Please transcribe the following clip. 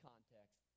context